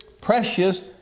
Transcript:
precious